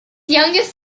youngest